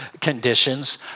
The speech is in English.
conditions